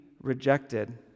rejected